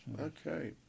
okay